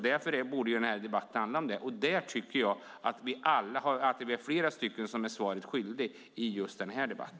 Därför borde denna debatt handla om det. Där tycker jag att vi är flera som är svaret skyldig i just denna debatt.